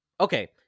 okay